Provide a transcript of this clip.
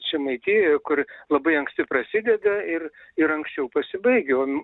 žemaitijoj kur labai anksti prasideda ir ir anksčiau pasibaigia o